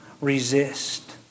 resist